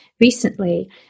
recently